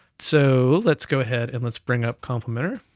so let's go ahead, and let's bring up complimenter,